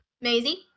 Maisie